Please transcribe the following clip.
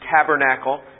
tabernacle